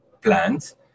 plants